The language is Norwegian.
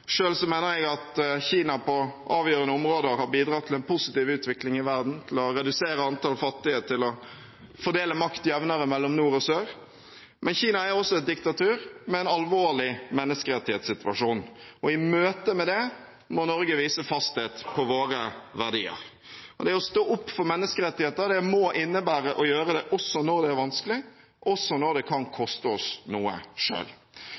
mener jeg Kina på avgjørende områder har bidratt til en positiv utvikling i verden, til å redusere antall fattige, til å fordele makt jevnere mellom nord og sør. Men Kina er også et diktatur med en alvorlig menneskerettighetssituasjon. I møte med det må vi i Norge vise fasthet på våre verdier. Det å stå opp for menneskerettigheter må innebære å gjøre det også når det er vanskelig, også når det kan koste oss noe.